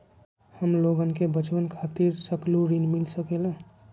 हमलोगन के बचवन खातीर सकलू ऋण मिल सकेला?